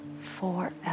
forever